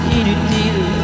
inutile